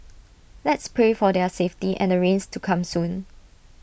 let's pray for their safety and rains to come soon